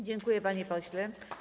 Dziękuję, panie pośle.